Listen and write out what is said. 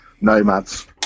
nomads